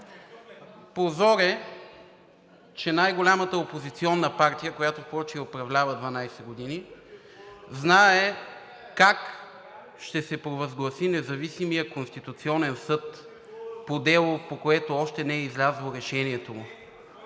Позор е, че най-голямата опозиционна партия, която прочее управлява 12 години, знае как ще се провъзгласи независимият Конституционен съд по дело, по което още не е излязло решението му.